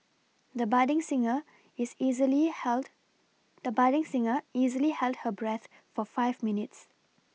the budding singer is easily held the budding singer easily held her breath for five minutes